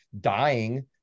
dying